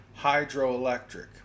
hydroelectric